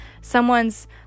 someone's